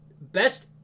best